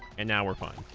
and now we're fine